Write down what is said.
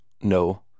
No